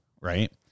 right